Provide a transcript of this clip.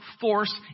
force